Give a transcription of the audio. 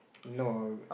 no